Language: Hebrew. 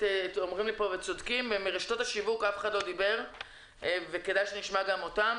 הגר יהב מהמגזר העסקי,